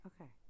Okay